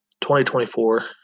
2024